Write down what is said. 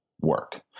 work